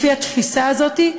לפי התפיסה הזאת,